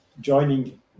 joining